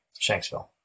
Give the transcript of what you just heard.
Shanksville